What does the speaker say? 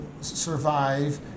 survive